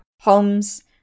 homes